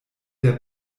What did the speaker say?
der